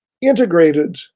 integrated